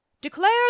Declare